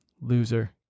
Loser